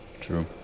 true